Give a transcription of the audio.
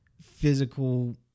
physical